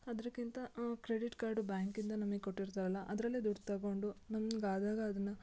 ಅದ್ರಕ್ಕಿಂತ credit card ಬ್ಯಾಂಕಿಂದ ನಮಿಗೆ ಕೊಟ್ಟಿರ್ತಾರಲ್ಲ ಅದರಲ್ಲೆ ದುಡ್ಡು ತಗೊಂಡು ನಮ್ಗೆ ಆದಾಗ ಅದನ್ನು